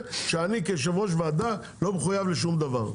כיושב-ראש ועדה לא מחויב לשום דבר.